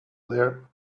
there